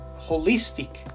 holistic